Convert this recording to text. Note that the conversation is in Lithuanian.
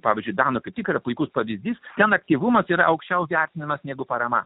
pavyzdžiui danų tai tikrai puikus pavyzdys ten aktyvumą ir aukščiau vertinamas negu parama